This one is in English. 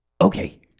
Okay